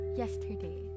yesterday